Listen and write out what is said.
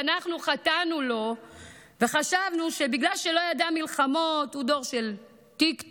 שאנחנו חטאנו לו וחשבנו שבגלל שלא ידע מלחמות הוא דור של טיקטוק,